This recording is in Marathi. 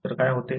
तर काय होते